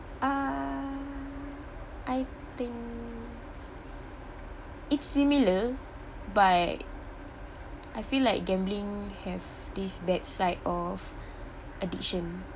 ah I think it's similar but I feel like gambling have this bad side of addiction